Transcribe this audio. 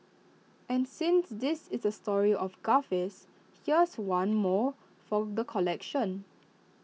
and since this is A story of gaffes here's one more for the collection